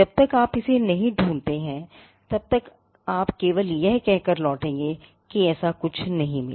जब तक आप इसे नहीं ढूंढते हैं तब तक आप केवल यह कहकर लौटेंगे कि ऐसा कुछ नहीं मिला